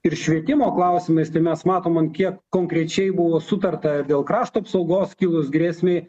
ir švietimo klausimais tai mes matom ant kiek konkrečiai buvo sutarta dėl krašto apsaugos kilus grėsmei